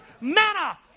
manna